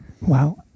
Wow